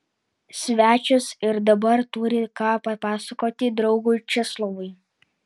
svečias ir dabar turi ką papasakoti draugui česlovui